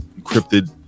encrypted